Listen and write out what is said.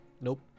Nope